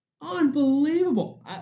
unbelievable